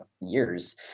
years